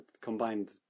combined